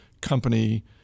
company